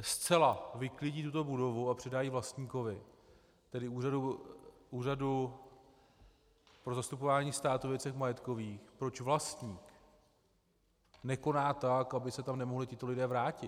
zcela vyklidí tuto budovu a předá ji vlastníkovi, tedy Úřadu pro zastupování státu ve věcech majetkových, proč vlastník nekoná tak, aby se tam nemohli tito lidé vrátit.